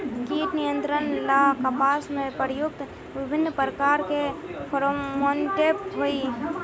कीट नियंत्रण ला कपास में प्रयुक्त विभिन्न प्रकार के फेरोमोनटैप होई?